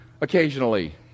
occasionally